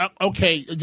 Okay